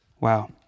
Wow